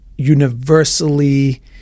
universally